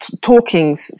talkings